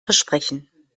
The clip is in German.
versprechen